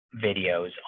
videos